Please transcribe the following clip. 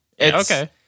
Okay